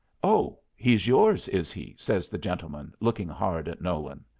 oh, he's yours, is he? says the gentleman, looking hard at nolan.